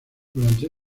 durante